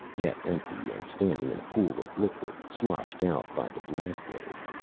half-empty and standing in a pool of liquid sloshed out by the blast wave.